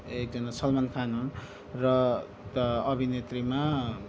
एकजना सलमान खान हुन् र अभिनेत्रीमा